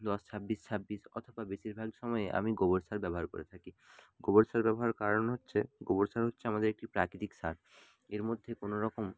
দশ ছাব্বিশ ছাব্বিশ অথবা বেশিরভাগ সময়ে আমি গোবর সার ব্যবহার করে থাকি গোবর সার ব্যবহার কারণ হচ্ছে গোবর সার হচ্ছে আমাদের একটি প্রাকৃতিক সার এর মধ্যে কোনোরকম